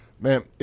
man